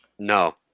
no